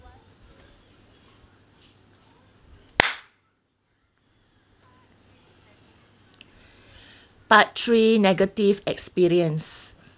part three negative experience